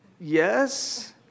yes